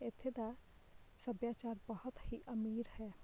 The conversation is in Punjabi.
ਇੱਥੇ ਦਾ ਸੱਭਿਆਚਾਰ ਬਹੁਤ ਹੀ ਅਮੀਰ ਹੈ